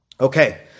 Okay